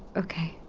okay